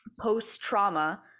post-trauma